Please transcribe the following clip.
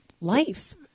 life